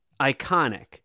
iconic